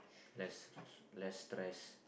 less less stress